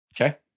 Okay